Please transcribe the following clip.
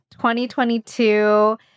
2022